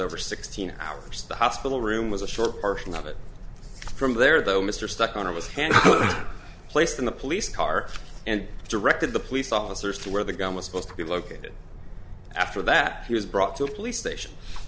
over sixteen hours the hospital room was a short article of it from there though mr stuck on it was ten placed in the police car and directed the police officers to where the gun was supposed to be located after that he was brought to the police station